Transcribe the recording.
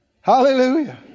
Hallelujah